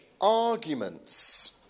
arguments